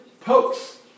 pokes